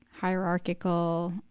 hierarchical